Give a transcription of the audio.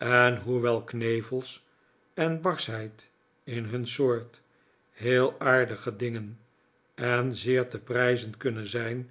en hoewel knevels en barschheid in hun soort heel aardige dingen en zeer te prijzen kunnen zijn